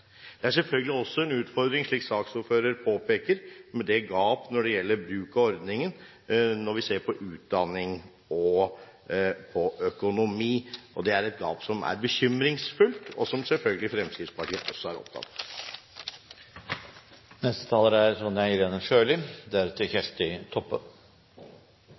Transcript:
Det er selvfølgelig også en utfordring, slik saksordføreren påpeker, med det gap som finnes når det gjelder bruk av ordningen, med tanke på utdanning og økonomi. Det er et gap som er bekymringsfullt, og som selvfølgelig Fremskrittspartiet også er opptatt